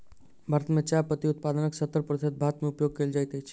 भारत मे चाय पत्ती उत्पादनक सत्तर प्रतिशत भारत मे उपयोग कयल जाइत अछि